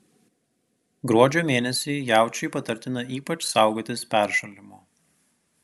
gruodžio mėnesį jaučiui patartina ypač saugotis peršalimo